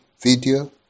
video